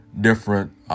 different